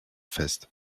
fest